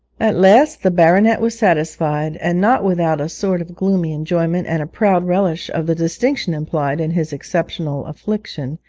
at last the baronet was satisfied, and not without a sort of gloomy enjoyment and a proud relish of the distinction implied in his exceptional affliction,